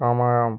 സമയം